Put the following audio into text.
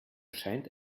scheint